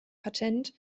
patent